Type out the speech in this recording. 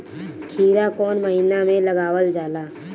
खीरा कौन महीना में लगावल जाला?